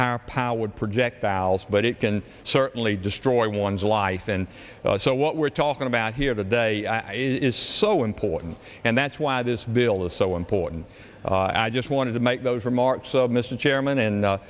higher powered projectiles but it can certainly destroy one's life and so what we're talking about here today is so important and that's why this bill is so important i just wanted to make those remarks mr chairman and